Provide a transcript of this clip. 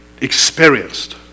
experienced